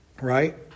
right